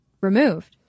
removed